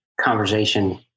conversation